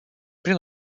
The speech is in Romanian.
prin